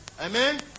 Amen